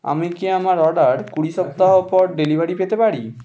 আমি কি আমাার অর্ডার কুড়ি সপ্তাহ পর ডেলিভারি পেতে পারি